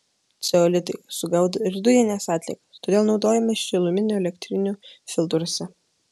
ceolitai sugaudo ir dujines atliekas todėl naudojami šiluminių elektrinių filtruose